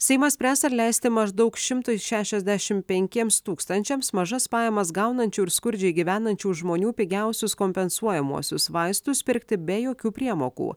seimas spręs ar leisti maždaug šimtui šešiasdešimt penkiems tūkstančiams mažas pajamas gaunančių ir skurdžiai gyvenančių žmonių pigiausius kompensuojamuosius vaistus pirkti be jokių priemokų